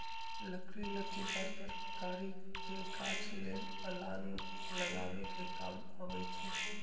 लकड़ी लत्तिदार तरकारी के गाछ लेल अलान लगाबे कें काम अबई छै